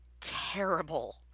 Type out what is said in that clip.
Terrible